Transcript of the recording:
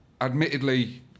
Admittedly